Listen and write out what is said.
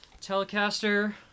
Telecaster